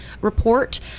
report